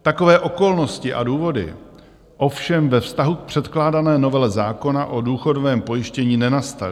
Takové okolnosti a důvody ovšem ve vztahu k předkládané novele zákona o důchodovém pojištění nenastaly.